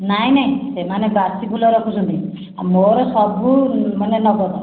ନାଇ ନାଇ ସେମାନେ ବାସି ଫୁଲ ରଖୁଛନ୍ତି ଆଉ ମୋର ସବୁ ମାନେ ନଗଦ